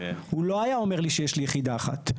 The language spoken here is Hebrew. הוא לא היה אומר לי שיש לי יחידה אחת,